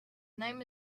name